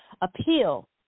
appeal